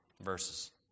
verses